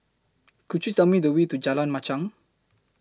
Could YOU Tell Me The Way to Jalan Machang